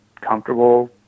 comfortable